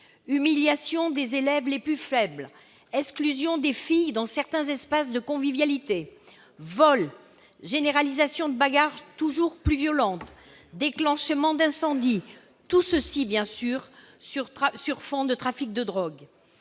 humiliations des élèves les plus faibles ; exclusions des filles de certains espaces de convivialité ; vols ; généralisation des bagarres, toujours plus violentes ; déclenchements d'incendies ... Tout cela, bien sûr, sur fond de trafic de drogue.